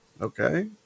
okay